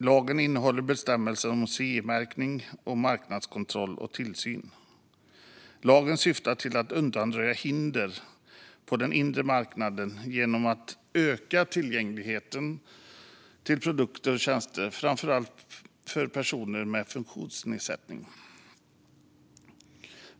Lagen innehåller bestämmelser om CE-märkning, marknadskontroll och tillsyn. Lagen syftar till att undanröja hinder på den inre marknaden genom att öka tillgängligheten till produkter och tjänster, framför allt för personer med funktionsnedsättning.